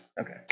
Okay